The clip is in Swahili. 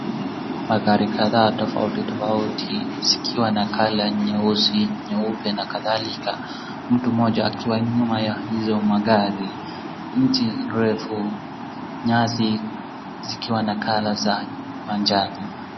Magari kadhaa tofauti tofauti, zikiwa na colour nyeusi, nyeupe na kadhalika. Mtu mmoja akiwa nyuma ya hizo magari. Mti mrefu, nyasi zikiwa na colour za manjano.